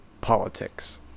politics